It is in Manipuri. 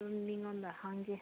ꯎꯝ ꯃꯤꯉꯣꯟꯗ ꯍꯪꯒꯦ